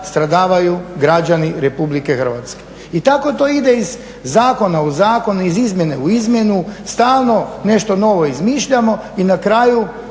stradavaju građani Republike Hrvatske. I tako to ide iz zakona u zakon, iz izmjene u izmjenu. Stalno nešto novo izmišljamo i na kraju